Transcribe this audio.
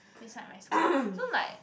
beside my school so like